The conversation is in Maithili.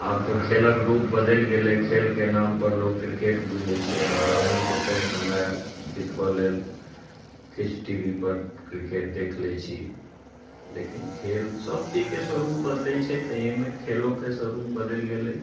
आब तऽ खेलके रूप बदलि गेलै खेलके नामपर लोक किरकेट बुझै छै हमरोहो लोकनि समय बितबऽ लेल किछु टी वी पर किरकेट देख लै छी लेकिन खेल सब चीजके स्वरूप बदलै छै ताहिमे खेलोके स्वरूप बदलि गेलै